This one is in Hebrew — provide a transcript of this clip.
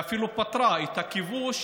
ואפילו פטרה את הכיבוש